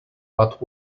but